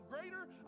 greater